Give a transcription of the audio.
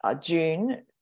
June